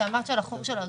כשדיברת על החור בגרוש,